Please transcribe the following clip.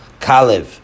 Kalev